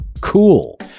Cool